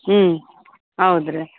ಹ್ಞೂ ಹೌದುರಿ